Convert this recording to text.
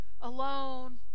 alone